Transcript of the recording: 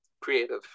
creative